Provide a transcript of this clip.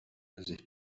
gesicht